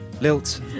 Lilt